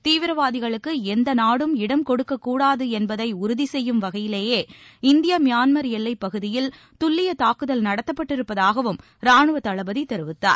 தீவிரவாதிகளுக்கு எந்த நாடும் இடம் கொடுக்கக்கூடாது என்பதை உறுதி செய்யும் வகையிலேயே இந்திய மிபாள்மர் எல்லைப் பகுதியில் துல்லிய தாக்குதல் நடத்தப்பட்டிருப்பதாகவும் ரானுவத் தளபதி தெரிவித்தார்